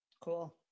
Cool